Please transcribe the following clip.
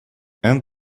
and